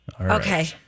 okay